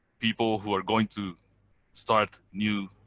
people who are going to start new